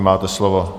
Máte slovo.